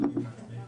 נעים מאוד.